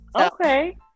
okay